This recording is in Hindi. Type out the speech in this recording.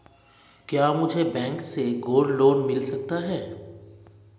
क्या मुझे बैंक से गोल्ड लोंन मिल सकता है?